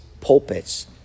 pulpits